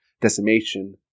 decimation